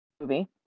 movie